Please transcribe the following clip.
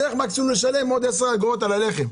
מקסימום אני אצטרך לשלם עוד 10 אגורות על הלחם".